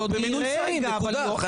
והנושא בעיניי די ברור.